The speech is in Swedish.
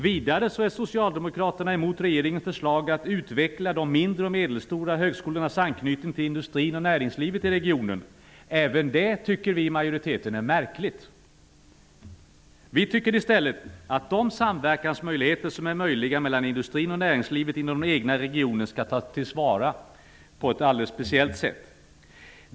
Vidare är Socialdemokraterna emot regeringens förslag att utveckla de mindre och medelstora högskolornas anknytning till industrin och näringslivet i regionen. Även det tycker vi i majoriteten är märkligt. Majoriteten tycker i stället att de möjligheter till samverkan som finns mellan industrin och näringslivet inom den egna regionen skall tas till vara på ett alldeles speciellt sätt.